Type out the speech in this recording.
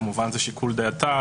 כמובן לשיקול דעתה,